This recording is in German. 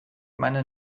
meine